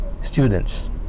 students